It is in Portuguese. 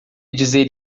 dizer